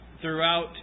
throughout